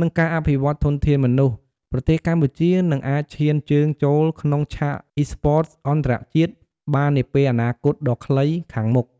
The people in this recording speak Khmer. និងការអភិវឌ្ឍធនធានមនុស្ស ប្រទេសកម្ពុជានឹងអាចឈានជើងចូលក្នុងឆាក Esports អន្តរជាតិបាននាពេលអនាគតដ៏ខ្លីខាងមុខ។